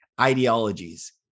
ideologies